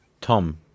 Tom